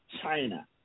China